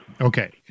Okay